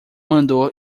mandou